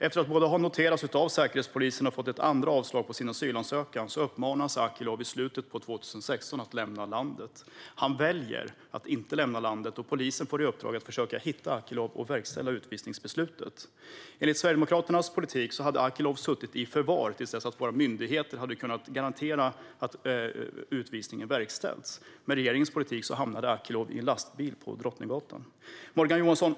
Efter att både ha noterats av Säkerhetspolisen och fått ett andra avslag på sin asylansökan uppmanas Akilov i slutet av 2016 att lämna landet. Han väljer att inte lämna landet, och polisen får i uppdrag att försöka hitta Akilov och verkställa utvisningsbeslutet. Med Sverigedemokraternas politik hade Akilov suttit i förvar till dess att myndigheterna hade kunnat garantera att utvisningen verkställts. Med regeringens politik hamnade Akilov i en lastbil på Drottninggatan. Morgan Johansson!